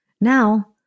Now